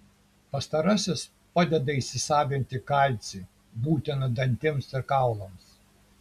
pastarasis padeda įsisavinti kalcį būtiną dantims ir kaulams